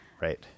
Right